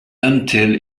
until